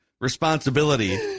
responsibility